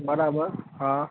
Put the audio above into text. બરાબર હા